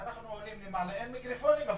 ואנחנו עולים למעלה אין מיקרופונים אפילו.